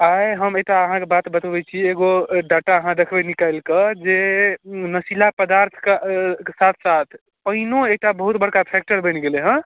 आइ हम एकटा अहाँकेँ बात बतबैत छी एगो डाटा अहाँ देखबै निकालि कऽ जे नशीला पदार्थ कऽ साथ साथ पानिओ एकटा बहुत बड़का फैक्टर बनि गेलै हँ